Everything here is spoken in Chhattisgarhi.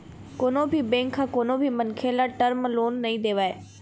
कोनो भी बेंक ह कोनो भी मनखे ल टर्म लोन नइ देवय